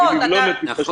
לבלום את התפשטות הקורונה.